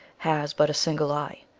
has but a single eye,